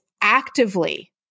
actively